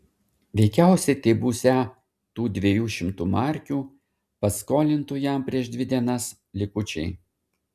veikiausiai tai būsią tų dviejų šimtų markių paskolintų jam prieš dvi dienas likučiai